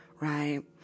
Right